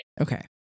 Okay